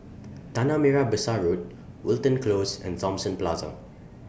Tanah Merah Besar Road Wilton Close and Thomson Plaza